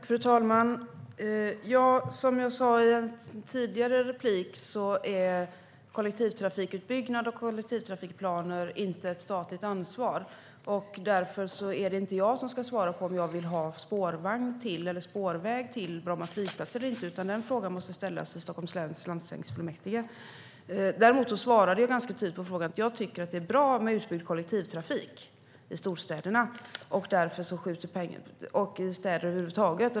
Fru talman! Som jag sa i ett tidigare inlägg är kollektivtrafikutbyggnad och kollektivtrafikplaner inte ett statligt ansvar. Därför är det inte jag som ska svara på om jag vill ha spårväg till Bromma flygplats eller inte. Den frågan måste ställas i Stockholms läns landstingsfullmäktige. Däremot svarade jag ganska tydligt att jag tycker att det är bra med utbyggd kollektivtrafik, i storstäderna och i städer över huvud taget.